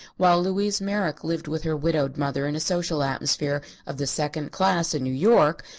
while louise merrick lived with her widowed mother in a social atmosphere of the second class in new york,